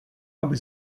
aby